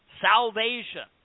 salvation